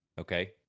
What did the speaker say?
okay